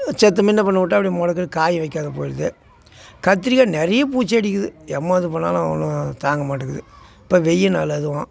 சித்த முன்ன பின்னே விட்டா அப்படியே மொடக்குன்னு காய் வைக்காத போயிருது கத்திரிக்காய் நிறைய பூச்சி அடிக்கிது எம்மோ இது பண்ணாலும் ஒன்றும் தாங்க மாட்டேங்குது இப்போ வெயில் நாள் அதுவும்